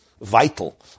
vital